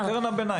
נכון, קרן הביניים.